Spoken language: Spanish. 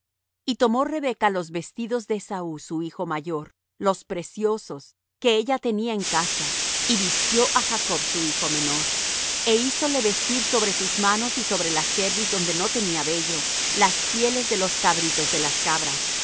y tomó rebeca los vestidos de esaú su hijo mayor los preciosos que ella tenía en casa y vistió á jacob su hijo menor e hízole vestir sobre sus manos y sobre la cerviz donde no tenía vello las pieles de los cabritos de las cabras